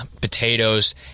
potatoes